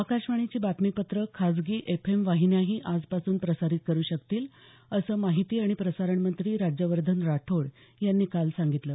आकाशवाणीची बातमीपत्रं खासगी एफ एम वाहिन्याही आजपासून प्रसारित करू शकतील असं माहिती आणि प्रसारणमंत्री राज्यवर्धन राठोड यांनी काल सांगितलं